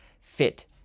fit